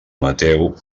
mateu